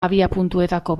abiapuntuetako